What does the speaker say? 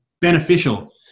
beneficial